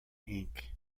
ink